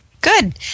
Good